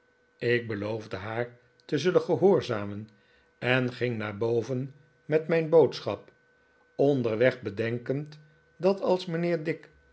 ik beloo fde haar te zullen gehoorzamen en ging naar boven met mijn boodschap onderweg bedenkend dat als mijnheer dick